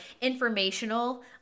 informational